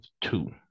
two